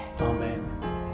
Amen